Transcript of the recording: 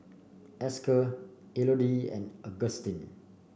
Esker Elodie and Agustin